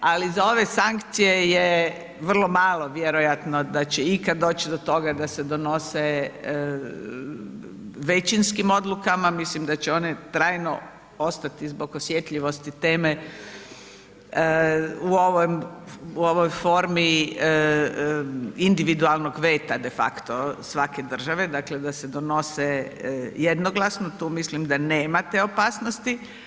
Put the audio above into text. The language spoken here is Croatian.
Ali za ove sankcije je vrlo malo vjerojatno da će ikad doći do toga da se donose većinskim odlukama, mislim da će one trajno ostati zbog osjetljivosti time u ovoj formi individualnog veta de facto svake države, dakle da se donose jednoglasno, tu mislim da nema te opasnosti.